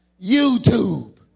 YouTube